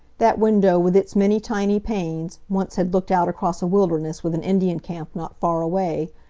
that window, with its many tiny panes, once had looked out across a wilderness, with an indian camp not far away.